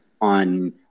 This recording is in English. on